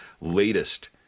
latest